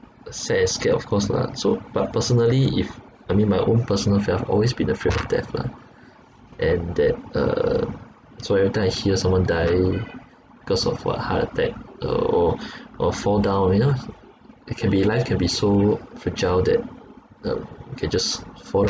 sad and scared of course lah so but personally if I mean my own personal fear I've always been afraid of death lah and that uh so every time I hear someone died because of uh heart attack or or fall down you know it can be life can be so fragile that you know can just fall